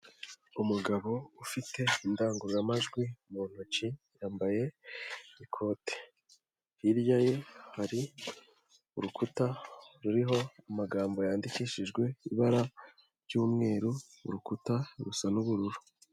Umugabo ufite indangururamajwi mu ntoki yambaye ikote, hirya ye hari urukuta ruriho amagambo yandikishijwe ibara ry'umweru, urukuta rusa n'ubururu.